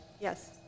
Yes